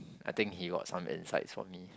I think he got some insights for me